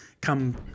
come